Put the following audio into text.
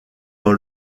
dans